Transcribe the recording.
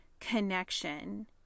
connection